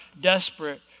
desperate